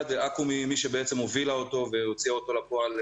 אולי יש רצון טוב, אבל אין פרקטיקה